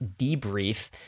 Debrief